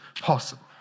possible